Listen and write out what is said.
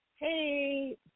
Hey